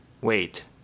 Wait